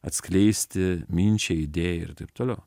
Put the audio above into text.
atskleisti minčiai idėją ir taip toliau